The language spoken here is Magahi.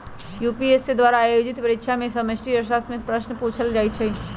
यू.पी.एस.सी द्वारा आयोजित परीक्षा में समष्टि अर्थशास्त्र से संबंधित प्रश्न पूछल जाइ छै